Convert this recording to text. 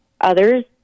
others